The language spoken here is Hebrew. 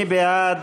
מי בעד?